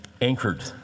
anchored